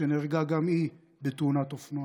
שנהרגה גם היא בתאונת אופנוע.